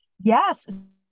Yes